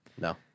No